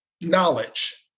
knowledge